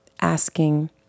asking